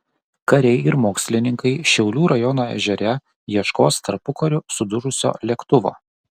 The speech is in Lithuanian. kariai ir mokslininkai šiaulių rajono ežere ieškos tarpukariu sudužusio lėktuvo